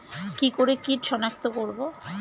কি করে কিট শনাক্ত করব?